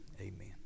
Amen